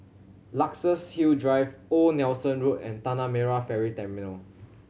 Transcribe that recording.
Luxus Hill Drive Old Nelson Road and Tanah Merah Ferry Terminal